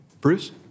Bruce